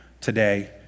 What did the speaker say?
today